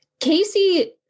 Casey